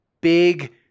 big